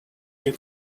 you